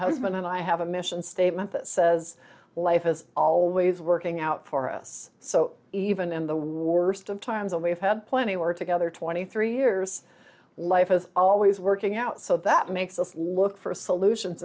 husband and i have a mission statement that says life is always working out for us so even in the worst of times all we have had plenty were together twenty three years life as always working out so that makes us look for solutions